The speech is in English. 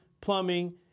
plumbing